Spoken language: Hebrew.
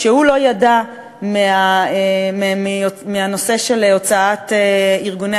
שהוא לא ידע מהנושא של הוצאת ארגוני